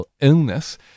illness